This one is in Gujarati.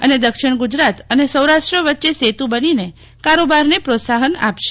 અને દક્ષિણ ગૂજરાત અને સૌરાષ્ટ્ર વચ્ચે સેતુ બનીને કારોબારને પ્રોત્સાહન આપશે